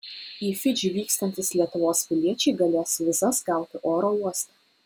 į fidžį vykstantys lietuvos piliečiai galės vizas gauti oro uoste